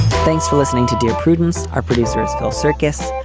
thanks for listening to dear prudence, our producers call circus.